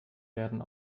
werden